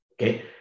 okay